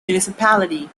municipality